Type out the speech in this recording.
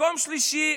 מקום שלישי,